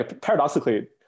paradoxically